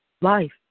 life